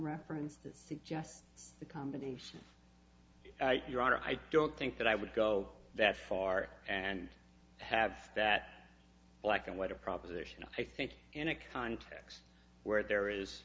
reference to suggest the company your honor i don't think that i would go that far and have that black and white a proposition i think in a context where there is